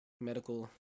medical